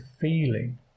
feeling